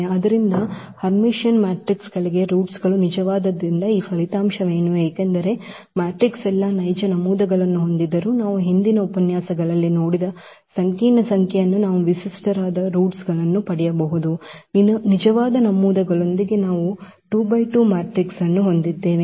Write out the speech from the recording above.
ಆದ್ದರಿಂದ ಹರ್ಮಿಟಿಯನ್ ಮ್ಯಾಟ್ರಿಕ್ಸ್ಗಳಿಗೆ ರೂಟ್ಸ್ ಗಳು ನಿಜವಾಗಿದ್ದರಿಂದ ಈ ಫಲಿತಾಂಶವೇನು ಏಕೆಂದರೆ ಮ್ಯಾಟ್ರಿಕ್ಸ್ ಎಲ್ಲಾ ನೈಜ ನಮೂದುಗಳನ್ನು ಹೊಂದಿದ್ದರೂ ನಾವು ಹಿಂದಿನ ಉಪನ್ಯಾಸಗಳಲ್ಲಿ ನೋಡಿದ ಸಂಕೀರ್ಣ ಸಂಖ್ಯೆಯಾಗಿ ನಾವು ವಿಶಿಷ್ಟವಾದ ರೂಟ್ಸ್ ಗಳನ್ನು ಪಡೆಯಬಹುದು ನಿಜವಾದ ನಮೂದುಗಳೊಂದಿಗೆ ನಾವು 2 ಬೈ 2 ಮ್ಯಾಟ್ರಿಕ್ಸ್ ಅನ್ನು ಹೊಂದಿದ್ದೇವೆ